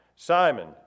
Simon